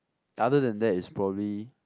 other than that is probably